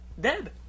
Dead